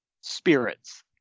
Spirits